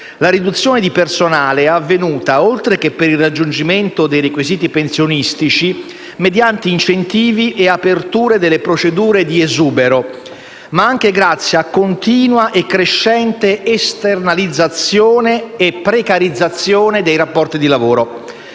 La riduzione di personale è avvenuta, oltre che per il raggiungimento dei requisiti pensionistici, mediante incentivi e aperture delle procedure di esubero, anche grazie alla continua e crescente esternalizzazione e precarizzazione dei rapporti di lavoro.